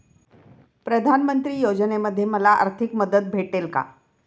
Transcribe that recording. प्रधानमंत्री योजनेमध्ये मला आर्थिक मदत भेटेल का?